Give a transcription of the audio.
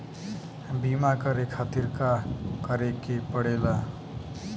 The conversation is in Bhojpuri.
बीमा करे खातिर का करे के पड़ेला?